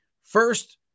first